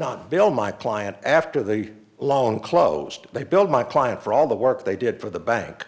not build my client after the loan closed they billed my client for all the work they did for the bank